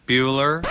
Bueller